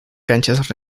canchas